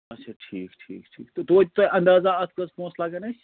اچھا ٹھیٖک ٹھیٖک ٹھیٖک تہٕ تویتہِ تۄہہِ اندازا اَتھ کٔژ پونٛسہٕ لَگَن اَسہِ